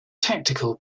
tactical